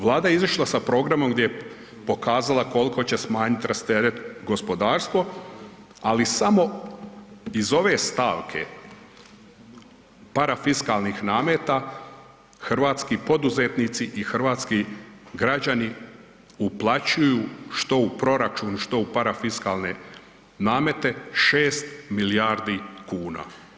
Vlada je izišla sa programom gdje je pokazala koliko će smanjiti, rastereti gospodarstvo, ali samo iz ove stavke parafiskalnih nameta, hrvatski poduzetnici i hrvatski građani uplaćuju što u proračun, što u parafiskalne namete 6 milijardi kuna.